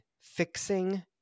Fixing